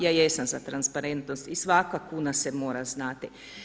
Ja jesam za transparentnost i svaka kuna se mora znati.